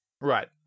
Right